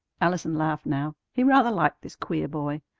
allison laughed now. he rather liked this queer boy.